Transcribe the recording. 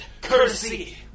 courtesy